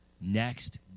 next